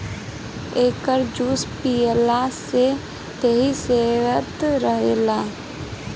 एकर juice पियला से देहि स्वस्थ्य रहेला